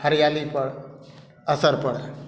हरियाली पर असर पड़ए